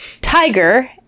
Tiger